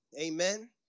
amen